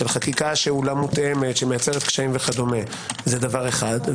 שחקיקה מותאמת שמייצרת קשיים וכו' זה דבר אחד,